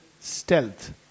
stealth